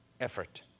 effort